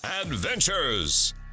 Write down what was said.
Adventures